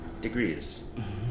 degrees